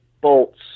bolts